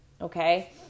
Okay